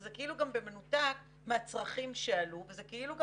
זה כאילו במנותק מהצרכים שעלו וזה כאילו גם